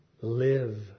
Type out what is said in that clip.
live